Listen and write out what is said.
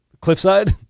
Cliffside